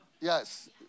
Yes